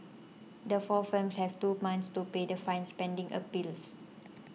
the four firms have two months to pay the fines pending appeals